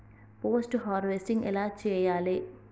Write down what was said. Post harvesting ఎలా చెయ్యాలే?